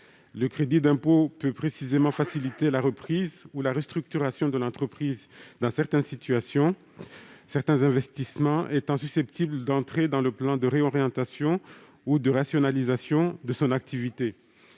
ce dernier dispositif peut précisément faciliter la reprise ou la restructuration de l'entreprise concernée, certains investissements étant susceptibles d'entrer dans le plan de réorientation ou de rationalisation de son activité.